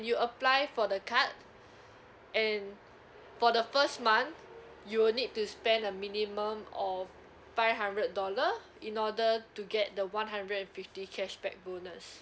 you apply for the card and for the first month you'll need to spend a minimum of five hundred dollars in order to get the one hundred and fifty cashback bonus